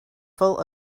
full